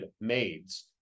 maids